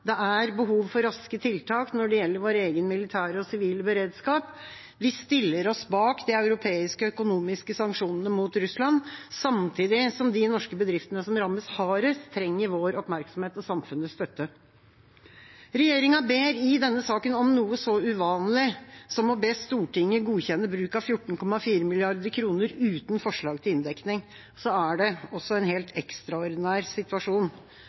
Det er behov for raske tiltak når det gjelder vår egen militære og sivile beredskap. Vi stiller oss bak de europeiske økonomiske sanksjonene mot Russland, samtidig som de norske bedriftene som rammes hardest, trenger vår oppmerksomhet og samfunnets støtte. Regjeringa ber i denne saken om noe så uvanlig som å be Stortinget godkjenne bruk av 14,4 mrd. kr uten forslag til inndekning. Så er det også en helt ekstraordinær situasjon.